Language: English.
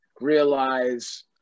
realize